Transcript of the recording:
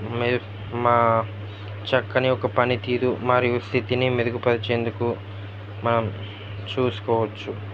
మా చక్కని ఒక పనితీరు మరియు స్థితిని మెరుగుపరిచేందుకు మనం చూసుకోవచ్చు